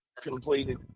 completed